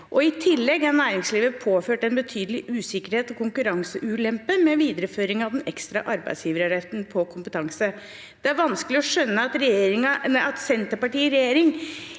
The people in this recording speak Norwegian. i tillegg er næringslivet påført en betydelig usikkerhet og konkurranseulempe med videreføringen av den ekstra arbeidsgiveravgiften på kompetanse. Det er vanskelig å skjønne at Senterpartiet i regjering